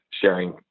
sharing